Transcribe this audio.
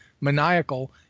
maniacal